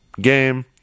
game